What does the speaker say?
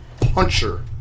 puncher